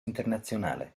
internazionale